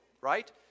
right